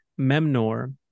Memnor